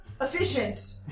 efficient